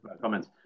comments